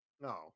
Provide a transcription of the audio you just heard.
No